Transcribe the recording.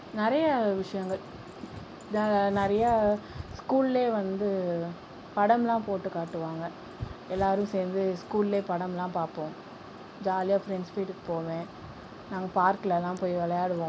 நிறையா விஷயங்கள் நிறையா ஸ்கூலில் வந்து படம்லாம் போட்டு காட்டுவாங்கள் எல்லோரும் சேர்ந்து ஸ்கூலில் படம்லாம் பார்ப்போம் ஜாலியா ஃப்ரெண்ட்ஸ் வீட்டுக்கு போவேன் நாங்கள் பார்க்லலாம் போய் விளையாடுவோம்